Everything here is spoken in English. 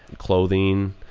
clothing,